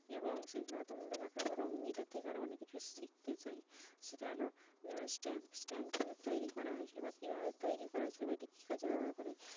এবং শিক্ষাগত মূল্য থাকার পরও আমি এটার থেকে আরও অনেক কিছু শিখতে চাই সেটা হলো যেমন স্ট্যাম্প স্ট্যাম্প কেন তৈরি করা হয়েছিলো বা কীভাবে তৈরি করা হয়েছিলো বা এটা কী কাজে ব্যবহার করা হয়